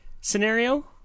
scenario